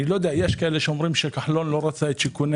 יש כאלה שאומרים שכחלון לא רצה שוב את שיכוני